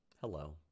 Hello